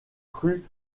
crus